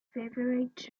favorite